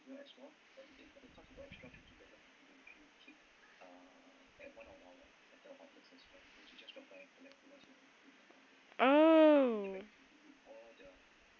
oh